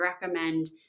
recommend